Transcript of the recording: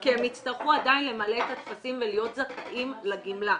כי הם יצטרכו עדיין למלא את הטפסים ולהיות זכאים לגמלה.